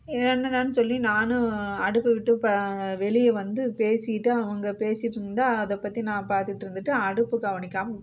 என்னடானு சொல்லி நானும் அடுப்பை விட்டு ப வெளியே வந்து பேசிட்டு அவங்க பேசிட்டு இருந்தால் அதைப் பற்றி நான் பார்த்துகிட்ருந்துட்டு அடுப்பு கவனிக்காமல் விட்டுட்டேன்